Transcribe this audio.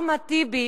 אחמד טיבי